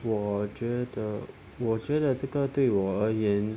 我觉得我觉得这个对我而言